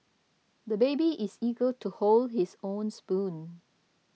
the baby is eager to hold his own spoon